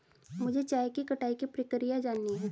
मुझे चाय की कटाई की प्रक्रिया जाननी है